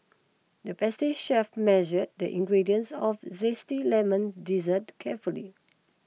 the pastry chef measured the ingredients of Zesty Lemon Dessert carefully